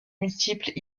multiples